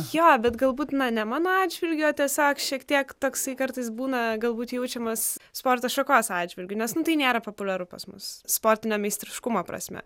jo bet galbūt na ne mano atžvilgiu tiesiog šiek tiek toksai kartais būna galbūt jaučiamas sporto šakos atžvilgiu nes tai nėra populiaru pas mus sportinio meistriškumo prasme